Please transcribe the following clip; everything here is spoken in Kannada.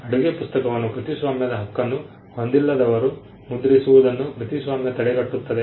ಅಡುಗೆ ಪುಸ್ತಕವನ್ನು ಕೃತಿಸ್ವಾಮ್ಯದ ಹಕ್ಕನ್ನು ಹೊಂದಿಲ್ಲದವರು ಮುದ್ರಿಸುವುದನ್ನು ಕೃತಿಸ್ವಾಮ್ಯ ತಡೆಗಟ್ಟುತ್ತದೆ